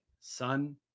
son